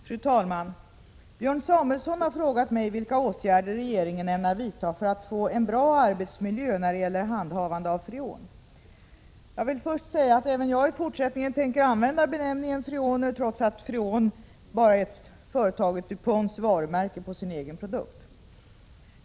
Fru talman! Björn Samuelson har frågat mig vilka åtgärder regeringen ämnar vidta för att få en bra arbetsmiljö när det gäller handhavande av freon. Jag vill först säga att även jag i fortsättningen tänker använda benämningen freoner trots att Freon bara är företaget DuPonts varumärke på sin egen produkt.